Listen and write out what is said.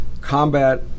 combat